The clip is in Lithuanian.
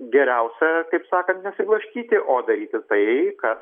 geriausia kaip sakant nesiblaškyti o daryti tai kas